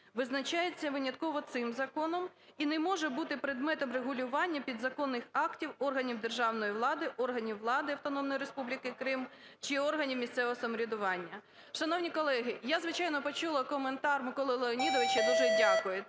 визначається винятково цим законом і не може бути предметом регулювання підзаконних актів органів державної влади, органів влади Автономної Республіки Крим чи органів місцевого самоврядування". Шановні колеги, я, звичайно, почула коментар Миколи Леонідовича, дуже дякую.